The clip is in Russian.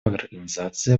организации